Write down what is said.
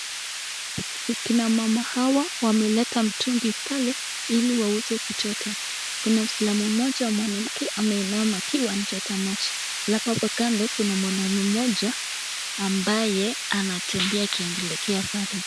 Kina wamama wameleta mitungi pale ili waweze kuchota. Kuna muislamu mmoja mwanamke ameinama akiwa anachota maji halafu hapo kando kuna mwanaume mmoja ambaye anatembea akielekea pale.